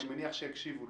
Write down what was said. אני מניח שיקשיבו לו.